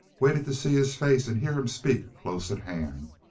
waited to see his face and hear him speak close at hand.